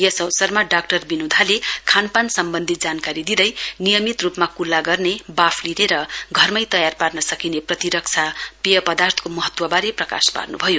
यस अवसरमा डाक्टर विनुधाले खानपान सम्बन्धी जानकारी दिँदै नियमित रूपमा कुल्ला गर्ने वाफ लिने र घरमै तयार पार्न सकिने प्रतिरक्षा पेय पदार्थको महत्त्वबारे प्रकाश पार्नु भयो